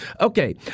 Okay